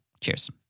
Cheers